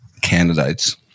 candidates